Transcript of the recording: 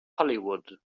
hollywood